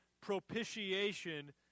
propitiation